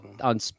on